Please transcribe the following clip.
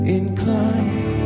inclined